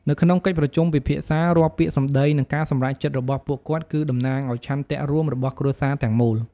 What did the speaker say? នៅក្នុងកិច្ចប្រជុំពិភាក្សា រាល់ពាក្យសម្ដី និងការសម្រេចចិត្តរបស់ពួកគាត់ គឺតំណាងឱ្យឆន្ទៈរួមរបស់គ្រួសារទាំងមូល។